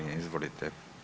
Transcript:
Izvolite.